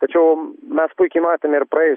tačiau mes puikiai matėme ir praėjus